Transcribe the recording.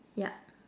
yup